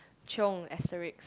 chiong asterisks